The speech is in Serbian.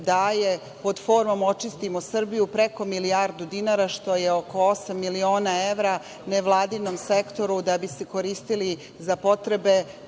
daje, pod formom „Očistimo Srbiju“, preko milijardu dinara, što je oko osam miliona evra nevladinom sektoru da bi se koristile za potrebe